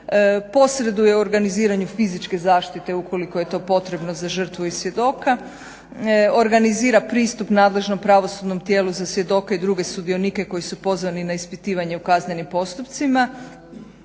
posreduje u organiziranju fizičke zaštite ukoliko je to potrebno za žrtvu i svjedoka, organizira pristup nadležnom pravosudnom tijelu za svjedoke i druge sudionike koji su pozvani na ispitivanje u kaznenim postupcima,